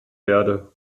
verde